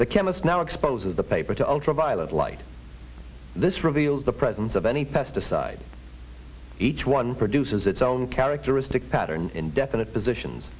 the chemist now exposes the paper to ultraviolet light this reveals the presence of any pesticide each one produces its own characteristic pattern in definite positions